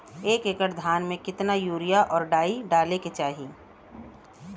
एक एकड़ धान में कितना यूरिया और डाई डाले के चाही?